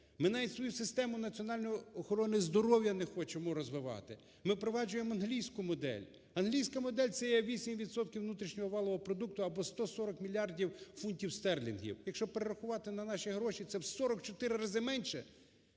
Ми навіть свою систему національної охорони здоров'я не хочемо розвивати, ми впроваджуємо англійську модель. англійська модель – це є 8 відсотків внутрішнього валового продукту, або 140 мільярдів фунтів стерлінгів. Якщо перерахувати на наші гроші, це у 44 разів менше,